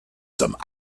some